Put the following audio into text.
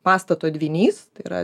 pastato dvynys yra